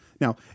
Now